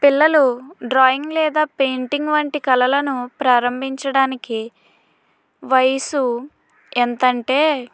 పిల్లలు డ్రాయింగ్ లేదా పెయింటింగ్ వంటి కళలను ప్రారంభించడానికి వయసు ఎంత అంటే